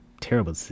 terrible